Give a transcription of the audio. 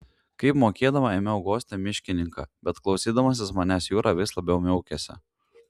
kaip mokėdama ėmiau guosti miškininką bet klausydamasis manęs jura vis labiau niaukėsi